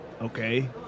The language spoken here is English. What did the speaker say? Okay